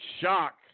shock